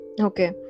Okay